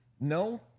no